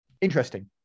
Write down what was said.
interesting